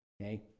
Okay